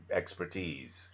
expertise